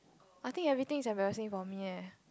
I think everything is embarrassing for me eh